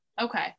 Okay